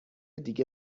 دیگه